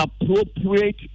appropriate